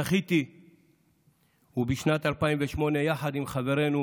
זכיתי בשנת 2008, יחד עם חברנו